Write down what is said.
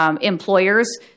employers